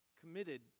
committed